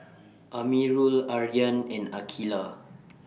Amirul Aryan and Aqeelah